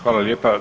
Hvala lijepa.